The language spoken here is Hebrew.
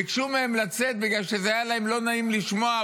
--- ביקשו מהם לצאת בגלל שהיה להם לא נעים לשמוע,